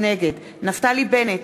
נגד נפתלי בנט,